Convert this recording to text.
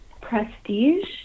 prestige